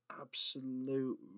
absolute